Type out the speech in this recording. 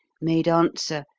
made answer,